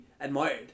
admired